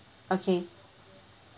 okay